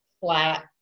flat